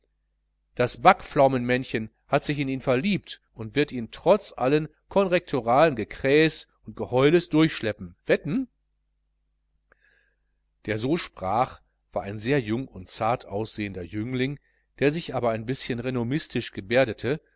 das backpflaumenmännchen hat sich in ihn verliebt und wird ihn trotz allen konrektoralen gekrähes und geheules durchschleppen wetten der so sprach war ein sehr jung und zart ansehender jüngling der sich aber ein bischen renommistisch geberdete